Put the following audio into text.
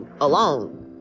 alone